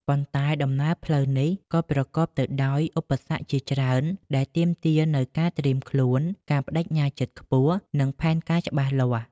ប៉ុន្តែ ដំណើរផ្លូវនេះក៏ប្រកបទៅដោយឧបសគ្គជាច្រើនដែលទាមទារនូវការត្រៀមខ្លួន ការប្តេជ្ញាចិត្តខ្ពស់ និងផែនការច្បាស់លាស់។